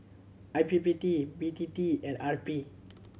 I P P T B T T and R P